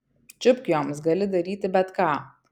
čiupk joms gali daryti bet ką